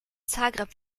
zagreb